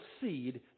seed